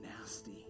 nasty